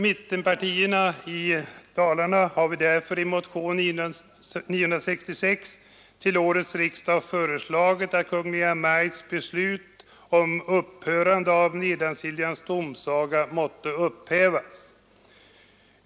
Mittenpartiledamöterna från Dalarna har därför i motionen 966 till årets riksdag föreslagit att Kungl. Maj:ts beslut om indragning av Nedansiljans tingsrätt måtte upphävas.